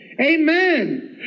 Amen